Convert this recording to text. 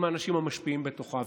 עם האנשים המשפיעים בתוכה.